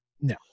no